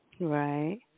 Right